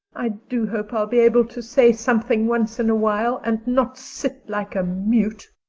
i do hope i'll be able to say something once in a while, and not sit like a mute,